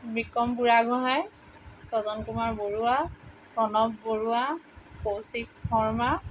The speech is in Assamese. বিক্ৰম বুঢ়াগোঁহাই স্বজন কুমাৰ বৰুৱা প্ৰণৱ বৰুৱা কৌশিক শৰ্মা